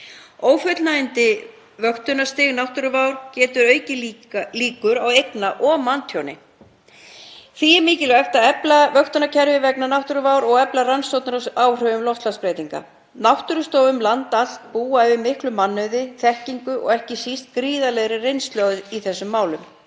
Ófullnægjandi vöktunarstig náttúruvár getur aukið líkur á eigna- og manntjóni. Því er mikilvægt að efla vöktunarkerfi vegna náttúruvár og efla rannsóknir á áhrifum loftslagsbreytinga. Náttúrustofur um land allt búa yfir miklum mannauði, þekkingu og ekki síst gríðarlegri reynslu í þessum málum.